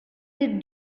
with